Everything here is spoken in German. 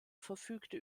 verfügte